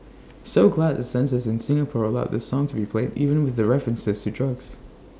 so glad the censors in Singapore allowed this song to be played even with references to drugs